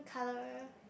colour